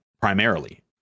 primarily